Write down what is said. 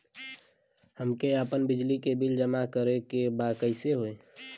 हमके आपन बिजली के बिल जमा करे के बा कैसे होई?